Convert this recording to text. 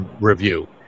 Review